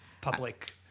public